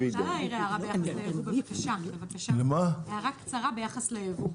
הערה קצרה ביחס לייבוא.